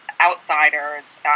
outsiders